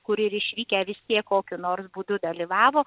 kur ir išvykę vis tiek kokiu nors būdu dalyvavo